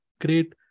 great